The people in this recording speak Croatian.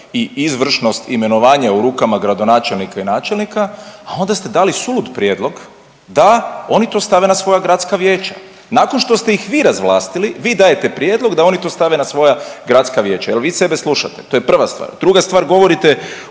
i izvršnog imenovanje u rukama gradonačelnika i načelnika, a onda ste dali sulud prijedlog da oni to stave na svoja gradska vijeća, nakon što ste ih vi razvlastili vi dajete prijedlog da oni to stave na svoja gradska vijeća. Jel vi sebe slušate? To je prva stvar. Druga stvar, govorite